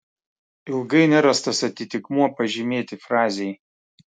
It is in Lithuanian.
ilgai nerastas atitikmuo pažymėti frazei